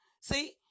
see